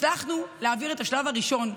הצלחנו להעביר את השלב הראשון,